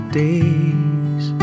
days